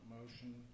motion